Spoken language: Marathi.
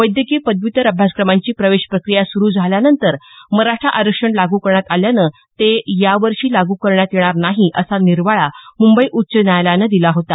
वैद्यकीय पदव्युत्तर अभ्यासक्रमांची प्रवेश प्रक्रिया सुरु झाल्यानंतर मराठा आरक्षण लागू करण्यात आल्यानं ते यावर्षी लागू करण्यात येणार नाही असा निर्वाळा मुंबई उच्च न्यायालयानं दिला होता